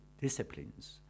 disciplines